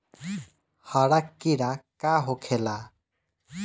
हरा कीड़ा का होखे ला?